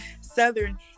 southern